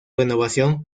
renovación